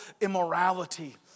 immorality